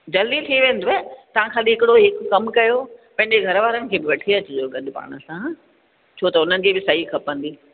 जल्दी थी वेंदुव तव्हां खाली हिकिड़ो कमु करियो पंहिंजे घरवारनि खे बि गॾु वठी अचिजो पाण सां छो त उन्हनि जी बि सही खपंदी